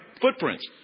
footprints